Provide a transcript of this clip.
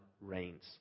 reigns